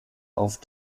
auf